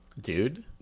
Dude